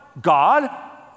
God